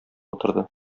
утырды